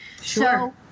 Sure